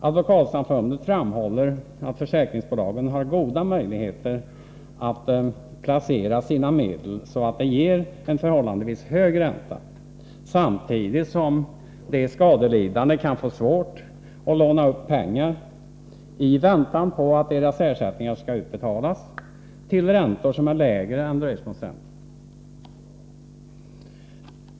Advokatsamfundet framhåller att försäkringsbolagen har goda möjligheter att placera sina medel så, att de ger en förhållandevis hög ränta samtidigt som de skadelidande kan få svårt att låna upp pengar, i väntan på att deras ersättningar skall utbetalas, till räntor som är lägre än dröjsmålsräntan.